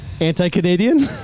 Anti-Canadian